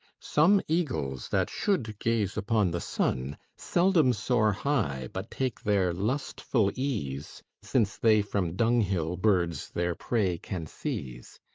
some eagles that should gaze upon the sun seldom soar high, but take their lustful ease, since they from dunghill birds their prey can seize.